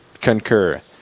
concur